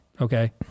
okay